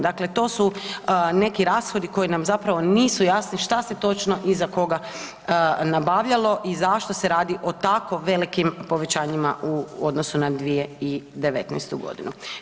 Dakle, to su neki rashodi koji nam zapravo nisu jasni šta se točno i za koga nabavljalo i zašto se radi o tako velikim povećanjima u odnosu na 2019.g.